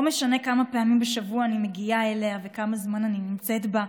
לא משנה כמה פעמים בשבוע אני מגיעה אליה וכמה זמן אני נמצאת בה,